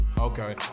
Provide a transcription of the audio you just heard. okay